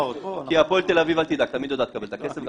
כי הפועל תל אביב תמיד יודעת לקבל את הכסף,